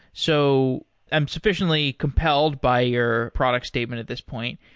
so i'm sufficiently compelled by your product statement at this point.